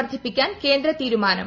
വർധിപ്പിക്കാൻ കേന്ദ്ര തീരുമാനം